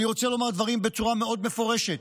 אני רוצה לומר דברים בצורה מאוד מפורשת: